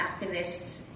activists